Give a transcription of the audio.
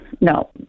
no